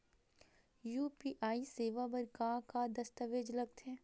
UPI सेवा बर का का दस्तावेज लगथे?